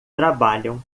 trabalham